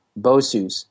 BOSUs